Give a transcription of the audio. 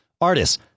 artists